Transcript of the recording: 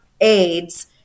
AIDS